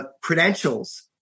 credentials